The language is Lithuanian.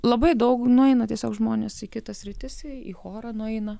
labai daug nueina tiesiog žmonės į kitas sritis į chorą nueina